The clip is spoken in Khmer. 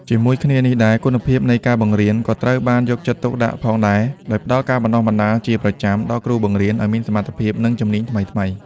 ជាមួយគ្នានេះ គុណភាពនៃការបង្រៀនក៏ត្រូវបានយកចិត្តទុកដាក់ផងដែរ ដោយផ្តល់ការបណ្តុះបណ្តាលជាប្រចាំដល់គ្រូបង្រៀនឱ្យមានសមត្ថភាព និងជំនាញថ្មីៗ។